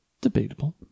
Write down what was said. debatable